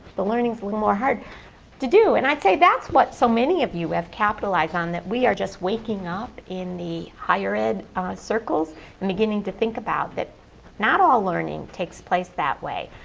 the learning is a little more hard to do. and i'd say that's what so many of you have capitalized on that we are just waking up in the higher ed circles and beginning to think about that not all learning takes place that way.